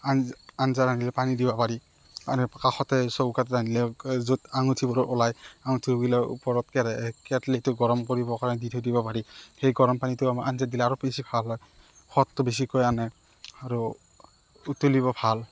আ আঞ্জা ৰান্ধিলে পানী দিব পাৰি আনি কাষতে চৌকাত ৰান্ধিলে য'ত অঙঠিবোৰ ওলায় আঙঠিবিলাকৰ ওপৰত কেৰা কেটলিটো গৰম কৰিবৰ কাৰণে দি থৈ দিব পাৰি সেই গৰম পানীটো আমাৰ আঞ্জাত দিলে আৰু বেছি ভাল হয় হতটো বেছিকৈ আনে আৰু উতলিব ভাল